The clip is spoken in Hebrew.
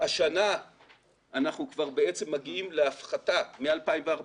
והשנה אנחנו כבר מגיעים להפחתה מ-2014